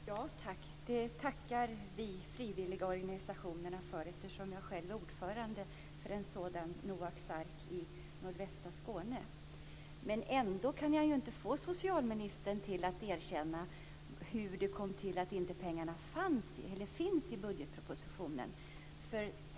Fru talman! Det tackar vi i frivilligorganisationerna för. Jag är själv ordförande i en sådan, Noaks ark i nordvästra Skåne. Ändå kan jag inte få socialministern att erkänna hur det kommer sig att pengarna inte finns i budgetpropositionen.